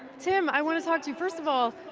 tim, i want to talk to you first of all,